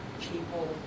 people